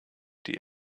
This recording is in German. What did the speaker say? die